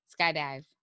Skydive